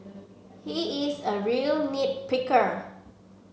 he is a real nit picker